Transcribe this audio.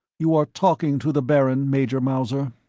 you are talking to the baron, major mauser.